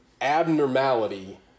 abnormality